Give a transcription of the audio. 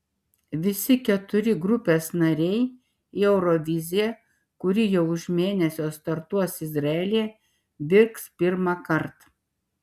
visi keturi grupės nariai į euroviziją kuri jau už mėnesio startuos izraelyje vyks pirmąkart